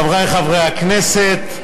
חברי חברי הכנסת,